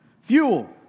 Fuel